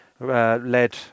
Led